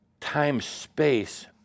time-space